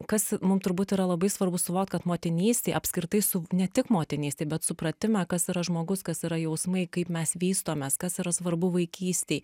kas mum turbūt yra labai svarbu suvokt kad motinystėje apskritai su ne tik motinystėj bet supratime kas yra žmogus kas yra jausmai kaip mes vystomės kas yra svarbu vaikystėj